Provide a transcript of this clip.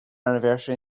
anniversary